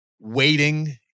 waiting